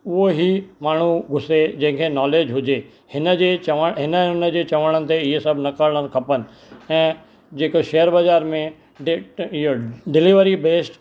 उहो ई माण्हू घुसे जंहिंखें नॉलेज हुजे हिन जे चवणु हिन जे चवण ते इहे सभु न करणु खपनि ऐं जेको शेयर बाज़ारि में इहो डिलीवरी बेस्ड